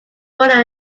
foreign